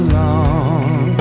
long